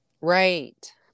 Right